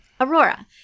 Aurora